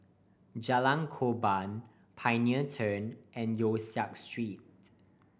Jalan Korban Pioneer Turn and Yong Siak Street